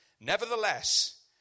Nevertheless